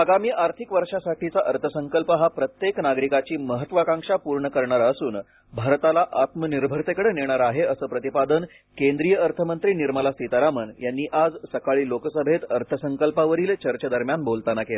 आगामी आर्थिक वर्षासाठीचा अर्थसंकल्प हा प्रत्येक नागरिकाची महत्त्वाकांक्षा पूर्ण करणारा असून भारताला आत्मनिर्भरतेकडे नेणारा आहे असं प्रतिपादन केंद्रीय अर्थमंत्री निर्मला सीतारामन यांनी आज सकाळी लोकसभेत अर्थसंकल्पावरील चर्चेदरम्यान बोलताना केलं